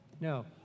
No